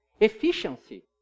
efficiency